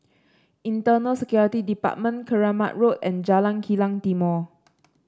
Internal Security Department Keramat Road and Jalan Kilang Timor